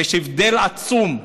ויש הבדל עצום.